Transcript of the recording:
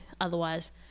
otherwise